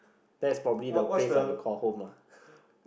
that's probably the place I will call home lah